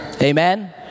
Amen